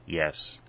Yes